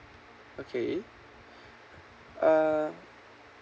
okay uh